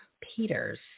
peters